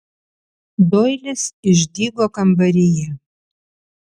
doilis išdygo kambaryje